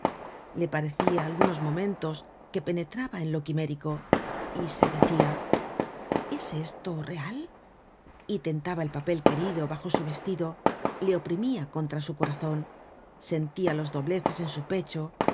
le parecia algunos momentos que penetraba en lo quimérico y se decia es esto real y tentaba el papel querido bajo su vestido le oprimia contra su corazon sentia los dobleces en su pecho